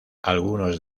algunos